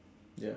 ya